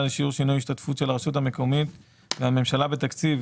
לשינוי שיעור ההשתתפות של הרשות המקומית והממשלה בתקציב